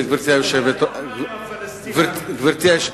אנחנו היינו הפלסטינים האמיתיים.